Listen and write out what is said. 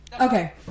Okay